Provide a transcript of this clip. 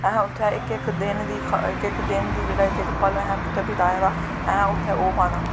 असैं उत्थें इक इक दिन दी इक इक दिन दी जेह्ड़ा इक इक पल असैं बिताए दा असें उत्थें ओह् पाना